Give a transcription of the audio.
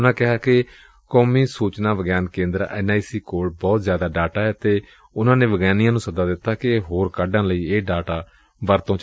ਉਨਾਂ ਕਿਹਾ ਕਿ ਕੋਮੀ ਸੁਚਨਾ ਵਿਗਿਆਨ ਕੇਂਦਰ ਐਨ ਆਈ ਸੀ ਕੋਲ ਬਹੁਤ ਜ਼ਿਆਦਾ ਡਾਟਾ ਏ ਅਤੇ ਉਨੂਾਂ ਨੇ ਵਿਗਿਆਨੀਆਂ ਨੂੰ ਸੱਦਾ ਦਿੱਤਾ ਕਿ ਹੋਰ ਕਾਢਾਂ ਲਈ ਇਸ ਡਾਟਾ ਦੀ ਵਰਤੋਂ ਕਰਨ